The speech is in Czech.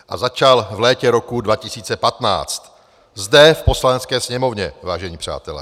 A začal v létě roku 2015, zde v Poslanecké sněmovně, vážení přátelé.